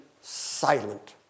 silent